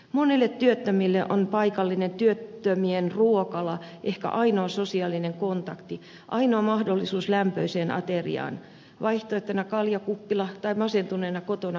monille työttömille on paikallinen työttömien ruokala ehkä ainoa sosiaalinen kontakti ainoa mahdollisuus lämpöiseen ateriaan vaihtoehtona kaljakuppila tai masentuneena kotona makaaminen